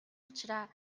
учраа